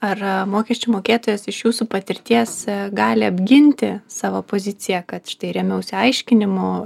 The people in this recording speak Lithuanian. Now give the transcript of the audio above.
ar mokesčių mokėtojas iš jūsų patirties gali apginti savo poziciją kad štai rėmiausi aiškinimu